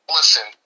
listen